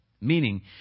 Meaning